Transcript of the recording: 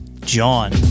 John